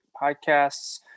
podcasts